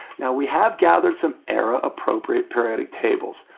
now we have gathered some era appropriate periodic tables.